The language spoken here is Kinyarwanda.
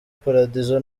paradizo